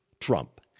Trump